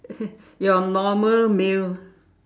your normal meal